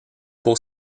pour